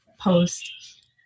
post